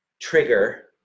trigger